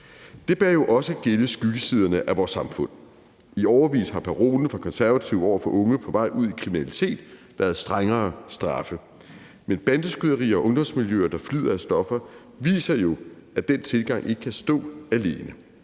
Det bør jo også gælde skyggesiderne af vores samfund. I årevis har parolen fra Konservative over for unge på vej ud i kriminalitet været strengere straffe, men bandeskyderier og ungdomsmiljøer, der flyder med stoffer, viser jo, at den tilgang ikke kan stå alene.